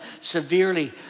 severely